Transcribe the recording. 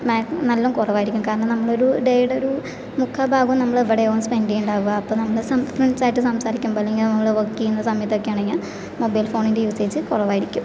നല്ലോണം കുറവായിരിക്കും കാരണം നമ്മളൊരു ഡേയുടെ ഒരു മുക്കാൽ ഭാഗവും നമ്മള് എവിടെയോ സ്പെൻഡ് ചെയ്യുന്നുണ്ടാവുക അപ്പോൾ നമ്മളെ സംസാരിക്കുമ്പോൾ അല്ലെങ്കിൽ നമ്മള് വർക്ക് ചെയ്യുന്ന സമയത്തൊക്കെയാണെങ്കിൽ മൊബൈൽ ഫോണിന്റെ യൂസേജ് കുറവായിരിക്കും